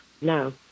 No